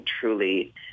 truly